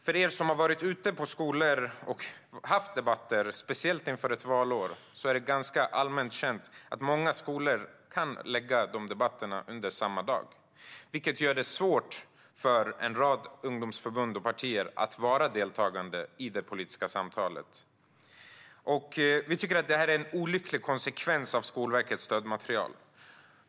Bland er som har varit ute på skolor och haft debatter, speciellt inför ett val, är det ganska allmänt känt att många skolor lägger debatterna under samma dag. Det gör det svårt för en rad ungdomsförbund och partier att delta i det politiska samtalet. Vi tycker att detta är en olycklig konsekvens av Skolverkets stödmaterial.